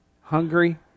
Hungry